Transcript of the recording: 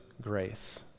grace